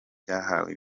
byahawe